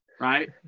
Right